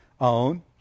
own